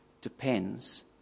depends